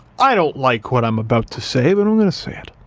i don't like what i'm about to say, but i'm gonna say it.